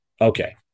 Okay